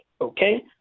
okay